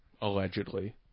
Allegedly